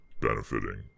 benefiting